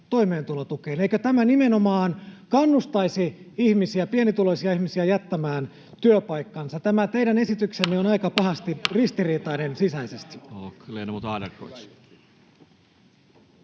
Eikö tämä nimenomaan kannustaisi ihmisiä, pienituloisia ihmisiä, jättämään työpaikkansa? Tämä teidän esityksenne on aika pahasti ristiriitainen sisäisesti.